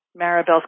Maribel's